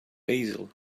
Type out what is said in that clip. basil